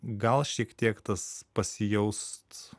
gal šiek tiek tas pasijaust